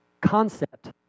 concept